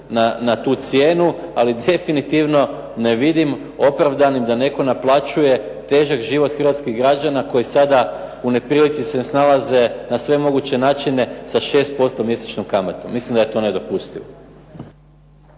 na tu cijenu, ali definitivno ne vidim opravdanim da netko naplaćuje težak život hrvatskih građana koji sada u neprilici se snalaze na sve moguće načine sa 6% mjesečnom kamatom. Mislim da je to nedopustivo.